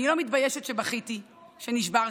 אני לא מתביישת שבכיתי, שנשברתי.